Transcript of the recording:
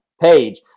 page